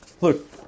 Look